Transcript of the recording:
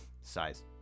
size